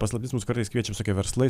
paslaptis mus kartais kviečia visokie verslai